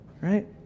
right